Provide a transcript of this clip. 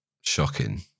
shocking